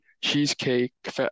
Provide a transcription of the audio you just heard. cheesecake